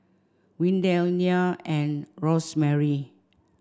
Windell Nya and Rosemary